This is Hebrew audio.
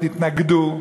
התנגדו,